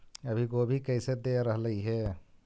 अभी गोभी कैसे दे रहलई हे?